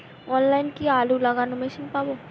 অনলাইনে কি আলু লাগানো মেশিন পাব?